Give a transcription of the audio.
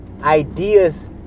Ideas